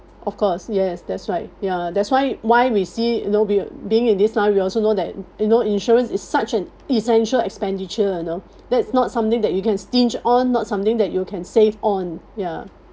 of course yes that's right ya that's why why we see you know we're being being in this time we also know that you know insurance is such an essential expenditure you know that's not something that you can stinge on not something that you can save on ya